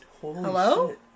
hello